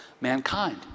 mankind